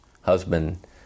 husband